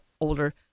older